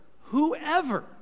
whoever